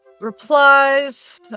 replies